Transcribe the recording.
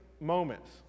moments